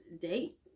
date